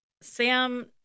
Sam